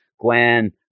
Gwen